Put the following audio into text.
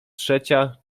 trzecia